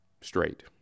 straight